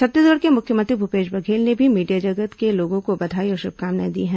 छत्तीसगढ़ के मुख्यमंत्री भूपेश बघेल ने भी मीडिया जगत के लोगों को बधाई और शुभकामनाएं दी हैं